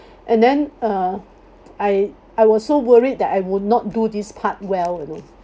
and then uh I I was so worried that I would not do this part well you know